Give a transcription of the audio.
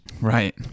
Right